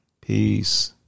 Peace